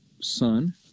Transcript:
sun